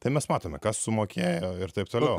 tai mes matome kas sumokėjo ir taip toliau